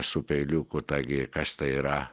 su peiliuku taigi kas tai yra